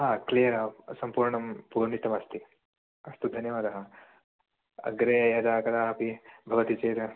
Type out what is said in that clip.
ह क्लियर् आ सम्पूर्णं पूरितमस्ति अस्तु धन्यवादः अग्रे यदा कदापि भवति चेद्